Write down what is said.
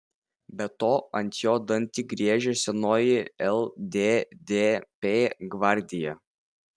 be to ant jo dantį griežia senoji lddp gvardija